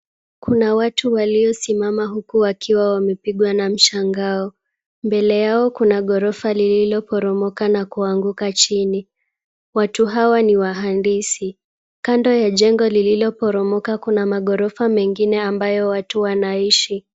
Kuna watu waliosimama huku wakiwa wamepigwa na mshangao. Mbele yao kuna ghorofa lililoporomoka na kuanguka chini. Watu hawa ni waandisi. Kando ya jengo lililoporomoka kuna maghorofa mengine ambayo watu wanaishi.